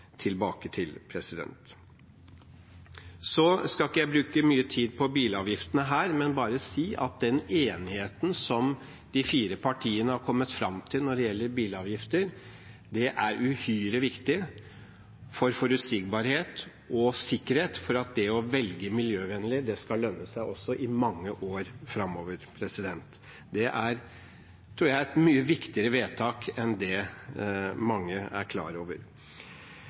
tilbake til. Så skal ikke jeg bruke mye tid på bilavgiftene her, men vil bare si at den enigheten som de fire partiene har kommet fram til når det gjelder bilavgifter, er uhyre viktig for forutsigbarhet og sikkerhet for at det å velge miljøvennlig skal lønne seg også i mange år fremover. Det tror jeg er et mye viktigere vedtak enn det mange er klar over.